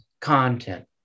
content